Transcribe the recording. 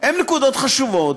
הן נקודות חשובות.